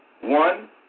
One